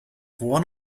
what